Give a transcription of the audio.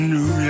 New